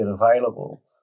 available